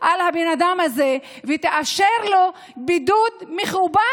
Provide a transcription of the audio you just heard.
על הבן אדם הזה ויאפשרו לו בידוד מכובד.